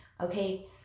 okay